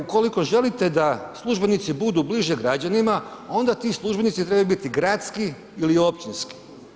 Ukoliko želite da službenici budu bliže građanima, onda ti službenici trebaju biti gradski ili općinski.